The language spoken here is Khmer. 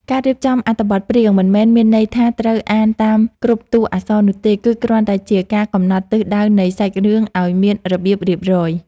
ការរៀបចំអត្ថបទព្រាងមិនមែនមានន័យថាត្រូវអានតាមគ្រប់តួអក្សរនោះទេគឺគ្រាន់តែជាការកំណត់ទិសដៅនៃសាច់រឿងឱ្យមានរបៀបរៀបរយ។